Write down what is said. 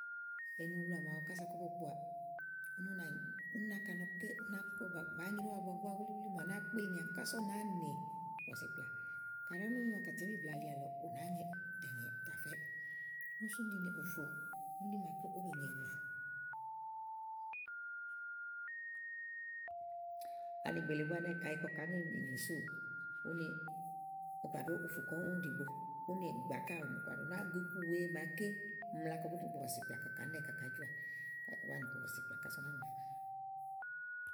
enuwulua máawu kása ú gbɔ kpo, ́unà úni nà úni náka lɔ ké ú náa kɔ bàáa nyréwu ábua wulíwulí màa nàáa kelinìà kása ú náa ŋè bɔ̀sìkplà kàɖi ó nonyo ákàtiabí blɛ̀ɛ ali àlɔ ù nàáá ŋe ù tè ŋè, ù tà fɛ úni sú úni ɖi ni ùfù úni ɖí màa ówó be ŋè blù ani gbèele búá ɛnɛ̀ kayi kàá ŋe mìnyè súù ùfù ú ne ɖó ùfù kɔ úni ɖìigbo úni gbaà káà ù nàáa gu iku wèe màaké mla kɔ bù nì kpo bɔ́sìkplà kàá nɛ̀, kàá jɔà, bàáa nìkpo bɔ̀sìkplà kása ú náa ŋè iku.